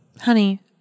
Honey